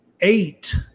Eight